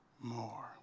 more